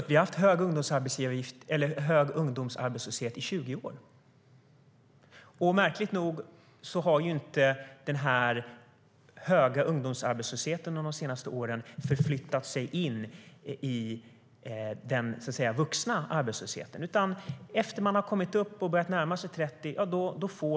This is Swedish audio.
Vi har haft hög ungdomsarbetslöshet i 20 år. Märkligt nog har inte den höga ungdomsarbetslösheten under de senaste åren förflyttat sig in i den vuxna arbetslösheten, utan sysselsättningen ökar påtagligt när människor närmar sig 30.